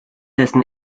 dessen